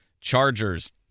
Chargers